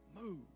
Move